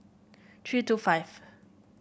three two five